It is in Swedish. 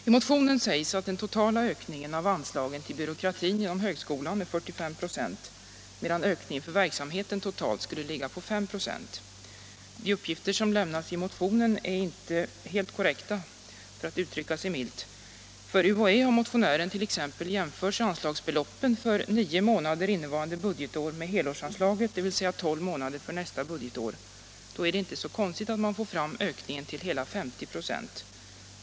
I motionen sägs att den totala ökningen av anslagen till byråkratin inom högskolan är 45 926 medan ökningen för verksamheten totalt skulle ligga på 5 96. De uppgifter som lämnas i motionen är inte helt korrekta, för att uttrycka saken milt. För UHÄ har motionärerna t.ex. jämfört anslagsbeloppen för nio månader innevarande budgetår med helårsanslaget, dvs. 12 månader, för nästa budgetår. Då är det inte konstigt att man får fram ökningen till hela 50 96.